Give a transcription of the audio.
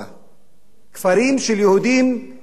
כפרים של יהודים הוא חיסל